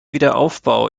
wiederaufbau